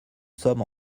sommes